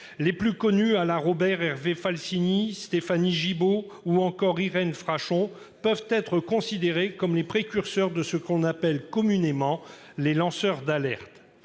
Les plus connus, Alain Robert, Hervé Falciani, Stéphanie Gibaud ou encore Irène Frachon, peuvent être considérés comme les précurseurs de ceux qu'on appelle communément les « lanceurs d'alerte